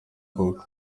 koko